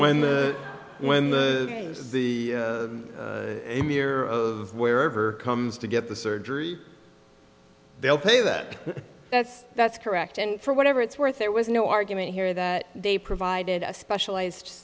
when the when the game is the emir of wherever comes to get the surgery they'll pay that that's that's correct and for whatever it's worth there was no argument here that they provided a specialized